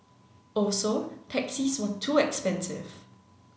also taxis were too expensive